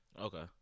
Okay